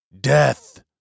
Death